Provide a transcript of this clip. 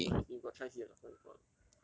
as in no as in you got try see the doctor before or not